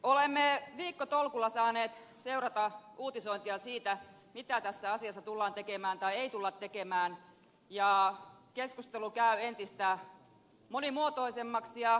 olemme viikkotolkulla saaneet seurata uutisointia siitä mitä tässä asiassa tullaan tekemään tai ei tulla tekemään ja keskustelu käy entistä monimuotoisemmaksi ja kummallisemmaksi